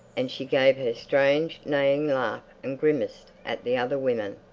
and she gave her strange neighing laugh and grimaced at the other women.